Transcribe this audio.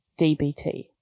DBT